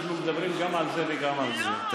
אנחנו מדברים גם על זה וגם על זה.